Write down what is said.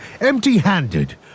empty-handed